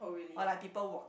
or like people walk